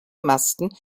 masten